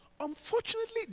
unfortunately